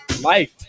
life